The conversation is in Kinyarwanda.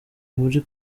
muri